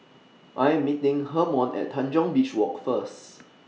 I Am meeting Hermon At Tanjong Beach Walk First